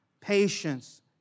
patience